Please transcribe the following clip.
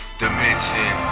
dimension